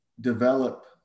develop